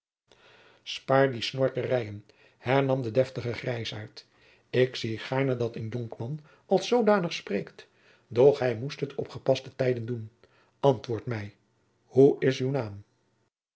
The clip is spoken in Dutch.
spaar die snorkerijen hernam de deftige grijzaart ik zie gaarne dat een jonkman als zoodanig spreekt doch hij moest het op gepaste tijden doen antwoord mij hoe is uw naam